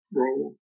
role